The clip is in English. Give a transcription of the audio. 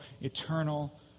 eternal